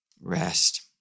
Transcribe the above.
rest